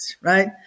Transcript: right